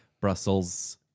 brussels